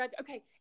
okay